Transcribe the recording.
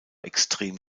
extrem